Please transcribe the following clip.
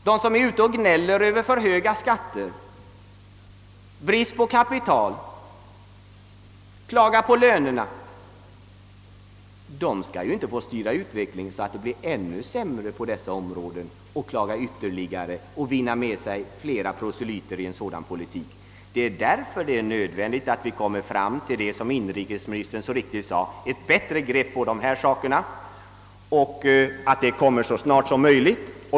De som gnäller över för höga skatter, brist på kapital och de höga lönerna skall inte få styra utvecklingen, så att det blir ännu sämre på dessa områden, för att sedan klaga ytterligare för att vinna flera proselyter. Därför är det nödvändigt att vi, som inrikesministern så riktigt sade, får ett bättre grepp på dessa saker, och det är viktigt att det sker så snart som möjligt.